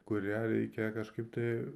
kurią reikia kažkaip tai